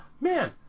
man